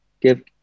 give